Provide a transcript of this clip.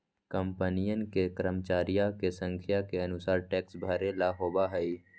कंपनियन के कर्मचरिया के संख्या के अनुसार टैक्स भरे ला होबा हई